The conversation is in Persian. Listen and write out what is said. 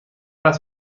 است